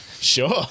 Sure